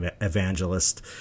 evangelist